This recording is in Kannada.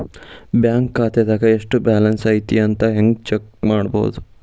ಬ್ಯಾಂಕ್ ಖಾತೆದಾಗ ಎಷ್ಟ ಬ್ಯಾಲೆನ್ಸ್ ಐತಿ ಅಂತ ಹೆಂಗ ಚೆಕ್ ಮಾಡ್ತಾರಾ